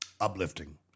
uplifting